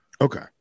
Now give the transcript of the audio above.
Okay